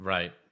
Right